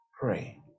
Pray